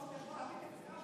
אם כך,